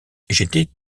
j’étais